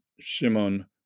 Shimon